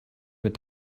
mit